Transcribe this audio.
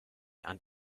and